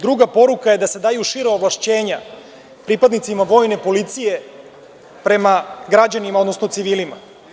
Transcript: Druga poruka je da se daju šira ovlašćenja pripadnicima vojne policije prema građanima, odnosno civilima.